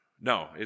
No